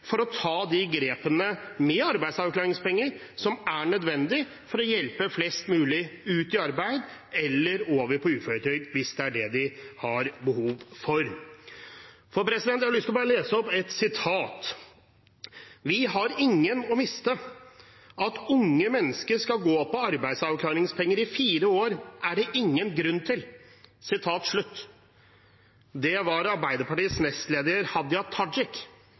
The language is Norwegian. for å ta de grepene med arbeidsavklaringspenger som er nødvendig for å hjelpe flest mulig ut i arbeid, eller over på uføretrygd, hvis det er det de har behov for. Jeg har lyst til å lese opp et sitat: «Vi har ingen tid å miste. At unge mennesker skal gå på arbeidsavklaringspenger i fire år er det ingen grunn til.» Det var Arbeiderpartiets nestleder Hadia Tajik